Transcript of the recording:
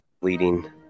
Leading